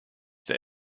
that